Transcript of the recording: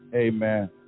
Amen